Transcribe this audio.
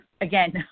again